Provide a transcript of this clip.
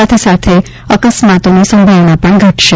સાથે સાથે અકસ્માતોની સંભાવના પણ ઘટશે